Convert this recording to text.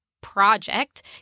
project